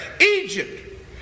Egypt